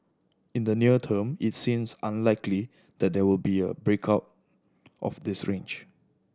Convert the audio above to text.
in the near term it seems unlikely that there will be a break out of this range